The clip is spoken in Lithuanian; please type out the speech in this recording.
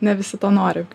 ne visi to nori